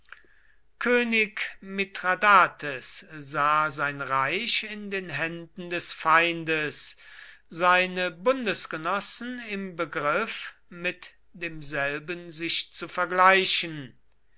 könig mithradates sah sein reich in den händen des feindes seine bundesgenossen im begriff mit demselben sich zu vergleichen